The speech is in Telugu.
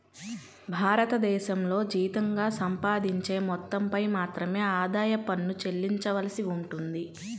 భారతదేశంలో జీతంగా సంపాదించే మొత్తంపై మాత్రమే ఆదాయ పన్ను చెల్లించవలసి ఉంటుంది